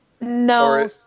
No